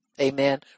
Amen